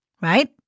right